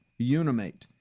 unimate